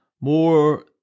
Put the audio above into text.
more